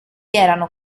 erano